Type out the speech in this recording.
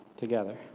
together